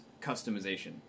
Customization